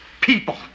people